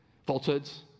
falsehoods